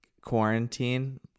quarantine